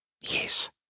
Yes